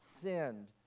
sinned